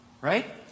Right